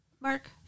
Mark